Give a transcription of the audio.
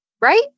Right